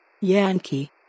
Yankee